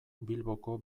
bilboko